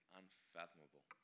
unfathomable